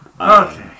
Okay